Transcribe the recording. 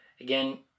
again